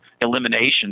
elimination